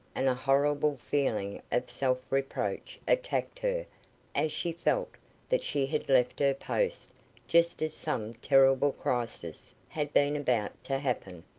and a horrible feeling of self-reproach attacked her as she felt that she had left her post just as some terrible crisis had been about to happen.